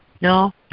no